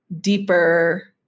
deeper